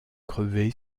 crever